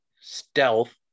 stealth